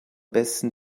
besten